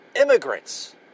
immigrants